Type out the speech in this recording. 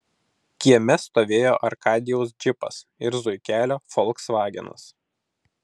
kieme stovėjo arkadijaus džipas ir zuikelio folksvagenas